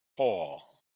hall